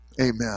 Amen